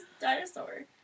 dinosaur